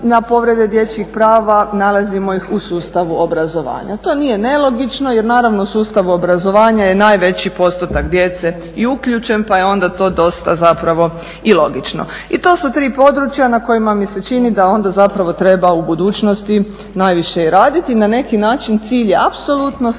na povrede dječjih prava nalazimo ih u sustavu obrazovanja. To nije nelogično, jer naravno sustav obrazovanja je najveći postotak djece i uključen, pa je onda to dosta zapravo i logično. I to su tri područja na kojima mi se čini da onda zapravo treba u budućnosti najviše i raditi. Na neki način cilj je apsolutno smanjiti